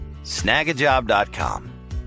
Snagajob.com